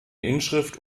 inschrift